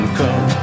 come